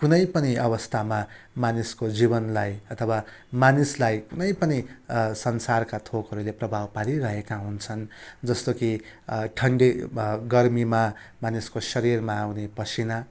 कुनै पनि अवस्थामा मानिसको जीवनलाई अथवा मानिसलाई कुनै पनि संसारका थोकहरूले प्रभाव पारिरहेका हुन्छन् जस्तो कि ठन्डी वा गर्मीमा मानिसको शरीरमा आउने पसिना